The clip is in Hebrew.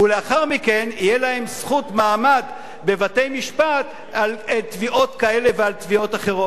ולאחר מכן תהיה להם זכות מעמד בבתי-משפט על תביעות כאלה ותביעות אחרות.